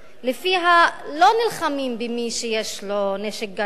שלפיה לא נלחמים במי שיש לו נשק גרעיני,